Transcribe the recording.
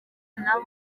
nabo